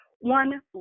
one